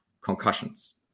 concussions